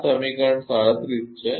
આ સમીકરણ 37 છે